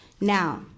Now